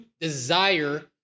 desire